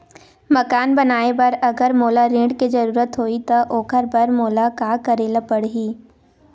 मकान बनाये बर अगर मोला ऋण के जरूरत होही त ओखर बर मोला का करे ल पड़हि?